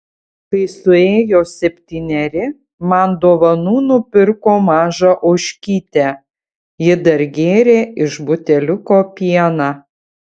kai suėjo septyneri man dovanų nupirko mažą ožkytę ji dar gėrė iš buteliuko pieną